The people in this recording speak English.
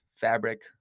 fabric